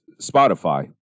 Spotify